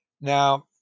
Now